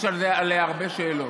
יש עליה הרבה שאלות.